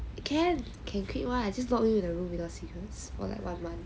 can can quit [one] just lock in the room without cigarettes for like one month